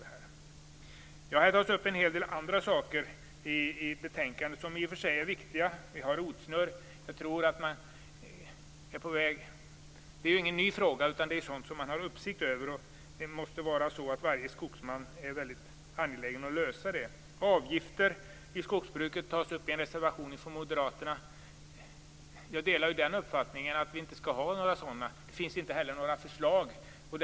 Det har tagits upp en del andra saker i betänkandet som i och för sig är viktiga, t.ex. rotsnurr. Det är ju ingen ny fråga, utan man har uppsikt över den. Varje skogsman måste vara väldigt angelägen att lösa problemet. Avgifter i skogsbruket tas upp i en reservation från moderaterna. Jag delar uppfattningen att vi inte skall ha några sådana. Det finns inte heller några förslag om avgifter.